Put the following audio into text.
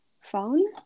phone